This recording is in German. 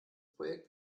projekt